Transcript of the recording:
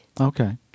Okay